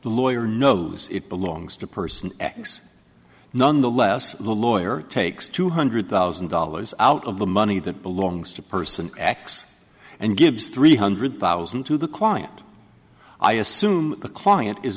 lawyer knows it belongs to person x nonetheless the lawyer takes two hundred thousand dollars out of the money that belongs to person x and gives three hundred thousand to the client i assume the client is